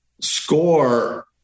score